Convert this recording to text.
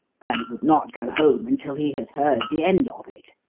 and would not go home until he had heard the end of it.